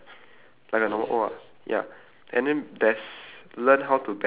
okay then the B is a normal B then the O right there's a circle inside